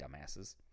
dumbasses